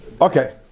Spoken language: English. Okay